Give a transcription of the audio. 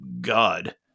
God